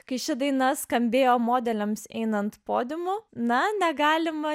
kai ši daina skambėjo modeliams einant podiumu na negalima